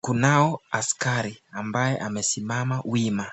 kunao askari ambaye amesimama wima.